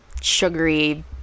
sugary